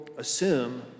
assume